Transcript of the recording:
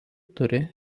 turi